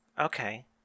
Okay